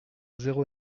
zéro